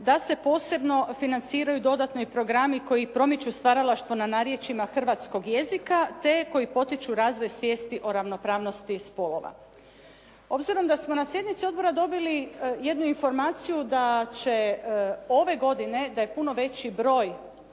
da se posebno financiraju i dodatno i programi koji promiču stvaralaštvo na narječjima hrvatskog jezika, te koji potiču razvoj svijesti o ravnopravnosti spolova. Obzirom da smo na sjednici odbora dobili jednu informaciju da će ove godine, da je puno veći broj